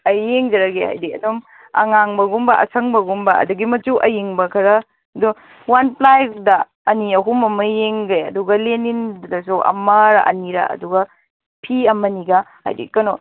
ꯑꯩ ꯌꯦꯡꯖꯔꯒꯦ ꯍꯥꯏꯗꯤ ꯑꯗꯨꯝ ꯑꯉꯥꯡꯕꯒꯨꯝꯕ ꯑꯁꯪꯕꯒꯨꯝꯕ ꯑꯗꯒꯤ ꯃꯆꯨ ꯑꯌꯤꯡꯕ ꯈꯔ ꯑꯗꯣ ꯋꯥꯟ ꯄ꯭ꯂꯥꯏꯗ ꯑꯅꯤ ꯑꯍꯨꯝ ꯑꯃ ꯌꯦꯡꯉꯒꯦ ꯑꯗꯨꯒ ꯂꯦꯅꯤꯟꯗꯨꯗꯁꯨ ꯑꯃꯔꯥ ꯑꯅꯤꯔꯥ ꯑꯗꯨꯒ ꯐꯤ ꯑꯃꯅꯤꯒ ꯍꯥꯏꯗꯤ ꯀꯩꯅꯣ